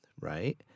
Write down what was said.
right